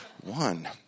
one